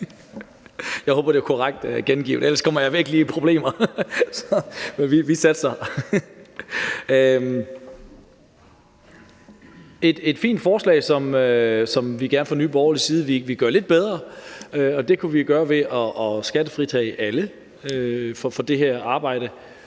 Jeg håber, det er korrekt gengivet, for ellers kommer jeg virkelig i problemer. Men vi satser på det. Det er et fint forslag, som vi fra Nye Borgerliges side gerne vil gøre lidt bedre, og det kunne vi gøre ved at skattefritage alle for det her arbejde.